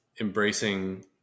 embracing